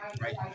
right